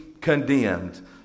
condemned